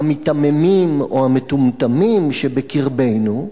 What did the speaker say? המיתממים או המטומטמים בקרבנו,